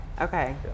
okay